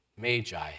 magi